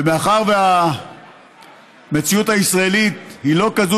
ומאחר שהמציאות הישראלית היא לא כזאת